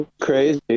crazy